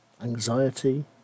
anxiety